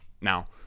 now